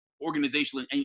organizational